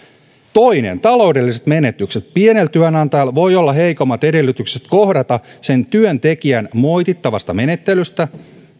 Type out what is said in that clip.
toiseksi taloudelliset menetykset pienellä työnantajalla voi olla heikommat edellytykset kohdata sen työntekijän moitittavasta menettelystä